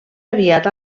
aviat